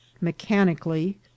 MECHANICALLY